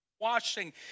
washing